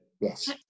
yes